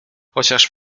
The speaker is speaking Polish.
chociaż